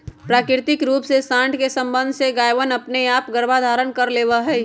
प्राकृतिक रूप से साँड के सबंध से गायवनअपने आप गर्भधारण कर लेवा हई